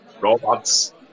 Robots